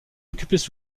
occupaient